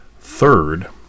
third